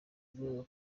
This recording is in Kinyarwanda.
ngo